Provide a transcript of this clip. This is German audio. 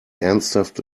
ernsthaft